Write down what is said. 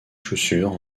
chaussures